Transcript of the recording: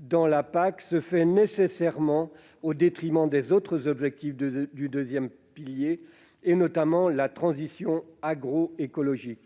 dans la PAC se fait nécessairement au détriment des autres objectifs du deuxième pilier et, notamment, de la transition agroécologique.